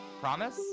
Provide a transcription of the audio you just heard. promise